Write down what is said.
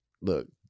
Look